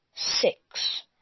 Six